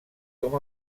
com